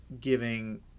giving